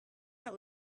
that